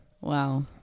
Wow